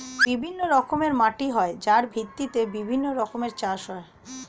বিভিন্ন রকমের মাটি হয় যার ভিত্তিতে বিভিন্ন রকমের চাষ হয়